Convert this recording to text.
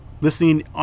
listening